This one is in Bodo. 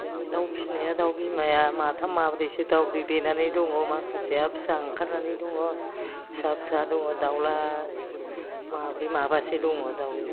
जोङो दाउ फिसिनाया दाउ बिमाया माथाम माब्रैसो दावदै दैनानै दङ माखासेया फिसा ओंखारनानै दङ फिसा फिसा दङ दावला माब्रै माबासो दङ दाउ